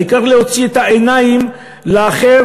העיקר להוציא את העיניים לאחר,